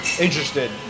interested